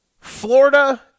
Florida